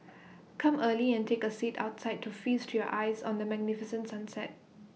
come early and take A seat outside to feast your eyes on the magnificent sunset